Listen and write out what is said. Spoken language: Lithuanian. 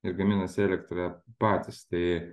ir gaminasi elektrą patys tai